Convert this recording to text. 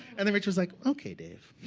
and then rachel was like, ok, dave.